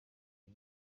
iyi